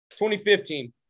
2015